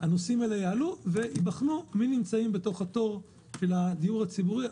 הנושאים האלה יעלו וייבחן מי נמצא בתור של הדיור הציבורי.